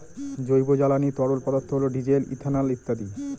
জৈব জ্বালানি তরল পদার্থ হল ডিজেল, ইথানল ইত্যাদি